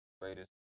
greatest